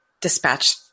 dispatch